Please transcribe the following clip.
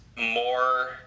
more